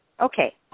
Okay